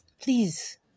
Please